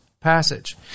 passage